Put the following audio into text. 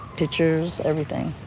teachers everything